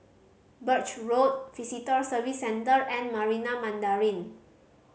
Birch Road Visitor Services Center and Marina Mandarin